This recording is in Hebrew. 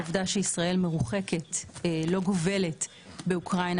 העובדה שישראל מרוחקת ולא גובלת באוקראינה